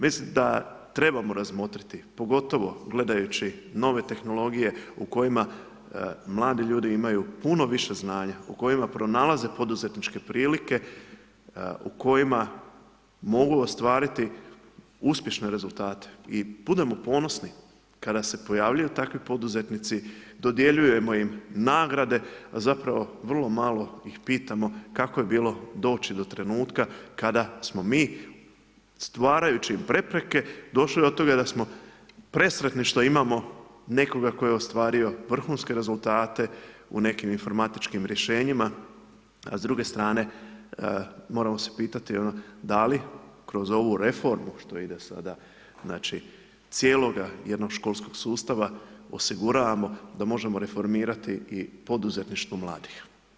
Mislim da trebamo razmotriti, pogotovo gledajući nove tehnologije, u kojima mladi ljudi imaju puno više znanja u kojima pronalaze poduzetničke prilike, u kojima mogu ostvariti uspješne rezultate i budimo ponosni kada se pojavljuju takvi poduzetnici, dodjeljujemo im nagrade, a zapravo vrlo malo ih pitamo, kako je bilo doći do trenutka, kada smo mi stvarajući prepreke došli do toga da smo presretni što imamo nekoga tko je ostvario vrhunske rezultate u nekim informatičkim rješenjima, a s druge strane, moramo se pitati, da li kroz ovu reformu, što ide sada cijeloga jednoškolskog sustava, osiguramo da možemo reformirati i poduzetništvo mladih.